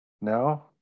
no